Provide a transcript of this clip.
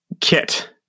kit